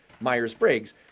Myers-Briggs